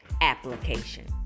application